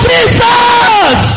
Jesus